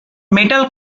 metal